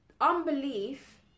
unbelief